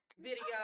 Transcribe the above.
video